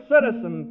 Citizen